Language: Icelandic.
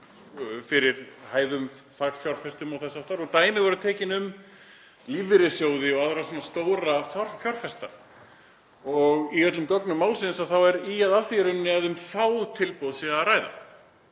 fyrir hæfum fagfjárfestum og þess háttar. Dæmi voru tekin um lífeyrissjóði og aðra stóra fjárfesta og í öllum gögnum málsins er ýjað að því í rauninni að um fá tilboð yrði að ræða.